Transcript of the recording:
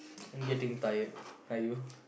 I'm getting tired are you